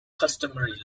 customary